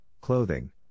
clothing